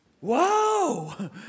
Wow